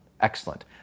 excellent